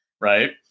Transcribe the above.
Right